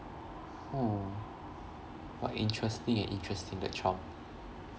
hmm !wah! interesting and interesting that trump